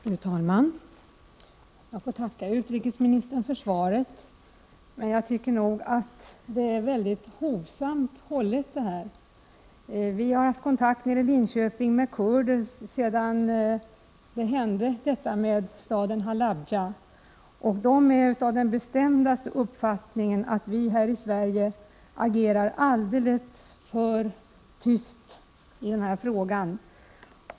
Fru talman! Jag får tacka utrikesministern för svaret, men jag tycker nog att det är mycket hovsamt hållet. Vi har nere i Linköping haft kontakter med kurder sedan händelsen i staden Halabja inträffade. De är av den bestämda uppfattningen att vi här i Sverige agerar alldeles för tyst i den här frågan.